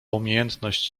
umiejętność